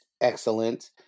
Excellent